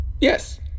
yes